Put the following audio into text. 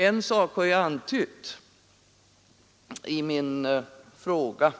En sak har jag antytt i min fråga,